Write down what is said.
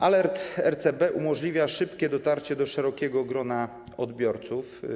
Alert RCB umożliwia szybkie dotarcie do szerokiego grona odbiorców.